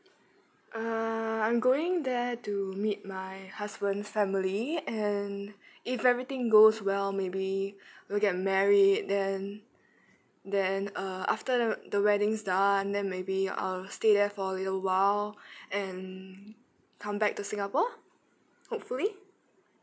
uh I'm going there to meet my husband's family and if everything goes well maybe we'll get married then then uh after the the wedding's done and may be I'll stay there for a little while and come back to singapore hopefully